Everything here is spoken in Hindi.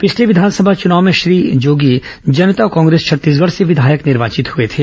पिछले विधानसभा चुनाव में श्री जोगी जनता कांग्रेस छत्तीसगढ से विधायक निर्वाचित हुए थे